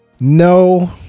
No